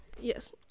Yes